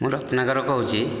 ମୁଁ ରତ୍ନାକର କହୁଛି